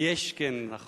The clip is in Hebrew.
יש, כן, נכון.